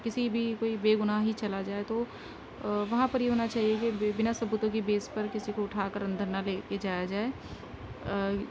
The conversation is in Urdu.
کسی بھی کوئی بے گناہ ہی چلا جائے تو وہاں پر یہ ہونا چاہیے کہ بنا ثبوتوں کے بیس پر کسی کو اٹھا کر اندر نہ لے کے جایا جائے